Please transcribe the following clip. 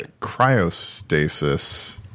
Cryostasis